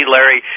Larry